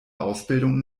ausbildung